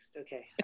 Okay